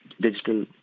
Digital